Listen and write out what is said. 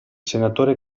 senatore